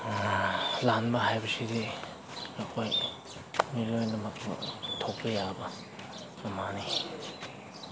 ꯂꯥꯟꯕ ꯍꯥꯏꯕꯁꯤꯗꯤ ꯅꯈꯣꯏ ꯃꯤ ꯂꯣꯏꯅꯃꯛ ꯊꯣꯛꯄ ꯌꯥꯕ ꯑꯃꯅꯤ